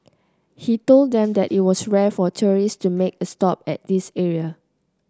he told them that it was rare for tourists to make a stop at this area